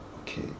okay